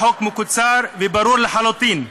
החוק קצר וברור לחלוטין.